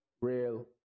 real